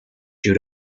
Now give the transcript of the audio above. due